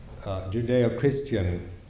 Judeo-Christian